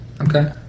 Okay